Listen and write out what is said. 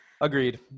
Agreed